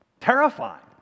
terrifying